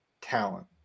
talent